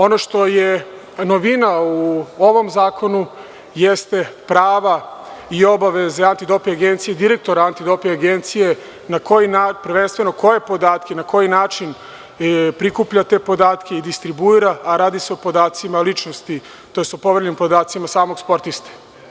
Ono što je novina u ovom zakonu jesu prava i obaveze Antidoping agencije i direktora Antidoping agencije, prvenstveno koje podatke, na koji način prikuplja te podatke i distribuira, a radi se o podacima ličnosti, tj. o poverenim podacima samog sportiste.